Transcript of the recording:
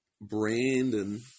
Brandon